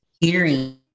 hearing